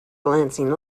glancing